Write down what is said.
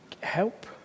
help